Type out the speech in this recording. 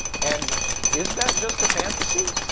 and is that just a fantasy?